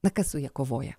na kas su ja kovoja